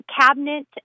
cabinet